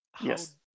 Yes